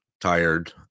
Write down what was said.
tired